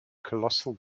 colossal